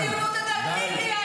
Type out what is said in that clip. אני באמת אליטה.